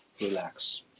relax